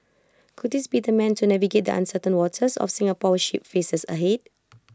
could this be the man to navigate the uncertain waters our Singapore ship faces ahead